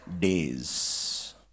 days